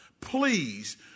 please